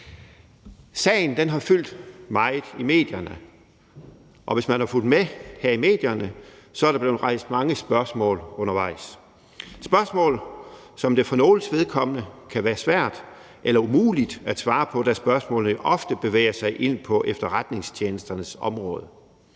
Sagen har fyldt meget i medierne, og hvis man har fulgt med i medierne, kan man se, at der er blevet rejst mange spørgsmål undervejs; spørgsmål, som det for nogles vedkommende kan være svært eller umuligt at svare på, da spørgsmålene ofte bevæger sig ind på efterretningstjenesternes område.